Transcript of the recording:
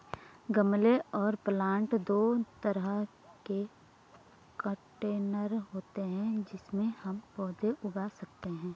गमले और प्लांटर दो तरह के कंटेनर होते है जिनमें हम पौधे उगा सकते है